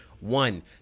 one